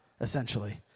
essentially